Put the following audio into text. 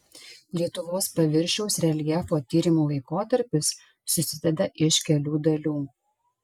lietuvos paviršiaus reljefo tyrimų laikotarpis susideda iš kelių dalių